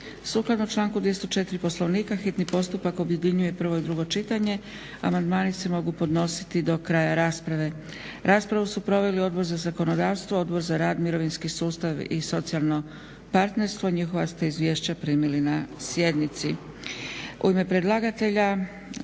sukladno članku 204. Poslovnika hitni postupak objedinjuje prvo i drugo čitanje. Amandmani se mogu podnositi do kraja rasprave. Raspravu su proveli Odbor za zakonodavstvo, Odbor za rad, mirovinski sustav i socijalno partnerstvo. Njihova ste izvješća primili na sjednici. U ime predlagatelja